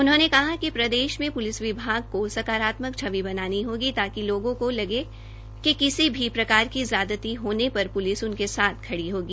उन्होंने कहा कि प्रदेश में प्लिस विभाग को सकारात्मक छवि बनानी होंगी ताकि लोगों को लगने लगे कि किसी भी प्रकार ज्यादती होने पर प्लिस उनके साथ खड़ी होगी